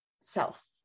self